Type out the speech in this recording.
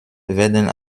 werden